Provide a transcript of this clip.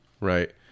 right